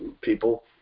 people